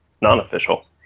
non-official